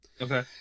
Okay